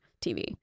tv